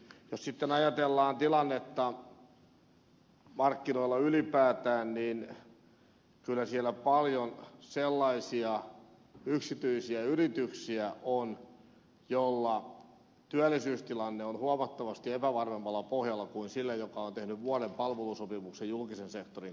jos sitten ajatellaan tilannetta markkinoilla ylipäätään niin kyllä siellä paljon sellaisia yksityisiä yrityksiä on joilla työllisyystilanne on huomattavasti epävarmemmalla pohjalla kuin sillä joka on tehnyt vuoden palvelusopimuksen julkisen sektorin kanssa